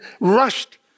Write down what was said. rushed